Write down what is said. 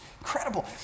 incredible